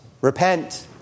Repent